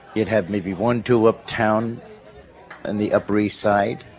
it had maybe one, two uptown and the upper east side.